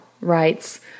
writes